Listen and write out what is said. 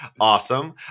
Awesome